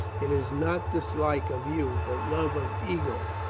it is not dislike of you, but love of ego,